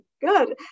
Good